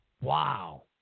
Wow